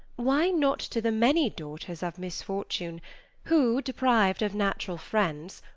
why not to the many daughters of misfortune who, deprived of natural friends,